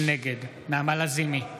נגד נעמה לזימי,